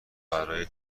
برای